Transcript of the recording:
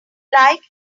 like